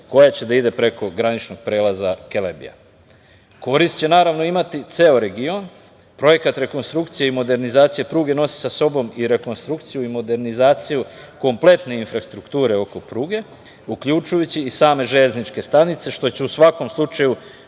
koja će da ide preko graničnog prelaza Kelebija. Korist će naravno imati ceo region, projekat rekonstrukcije i modernizacije pruge nosi sa sobom i rekonstrukciju i modernizaciju kompletne infrastrukture oko pruge uključujući i same železničke stanice što će u svakom slučaju